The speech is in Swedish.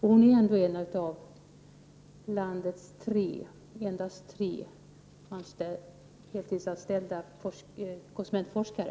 Hon är ändå en av landets tre heltidsanställda konsumentforskare.